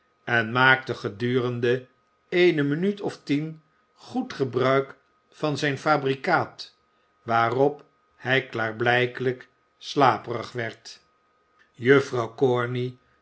en maakte gedurende eene minuut of tien goed gebruik van zijn fabrikaat waarop hij klaarblijkelijk slaperig werd